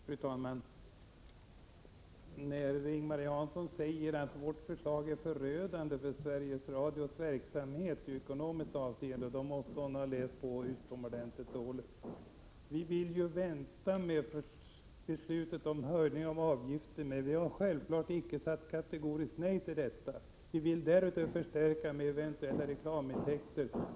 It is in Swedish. Fru talman! När Ing-Marie Hansson säger att vårt förslag är förödande i ekonomiskt avseende för Sveriges Radios verksamhet, måste hon ha läst på utomordentligt dåligt. Vi vill vänta med beslutet om en höjning av mottagaravgiften, men vi har självfallet inte sagt nej till en höjning. Därutöver vill vi förstärka med reklamintäkter.